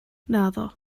naddo